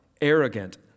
arrogant